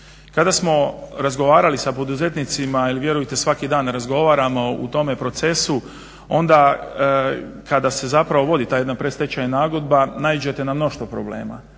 Kada smo razgovarali sa poduzetnicima, jer vjerujte svaki dan razgovaramo u tome procesu, onda kada se zapravo vodi ta jedna predstečajna nagodba naiđete na mnoštvo problema,